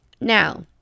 Now